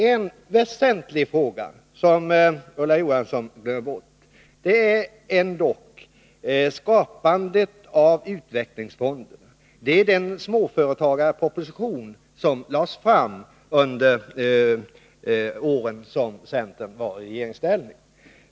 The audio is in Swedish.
En väsentlig sak som Ulla Johansson glömde bort är skapandet av utvecklingsfonderna och de småföretagarpropositioner som lades fram under de år centern var i regeringsställning.